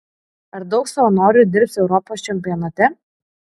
ar daug savanorių dirbs europos čempionate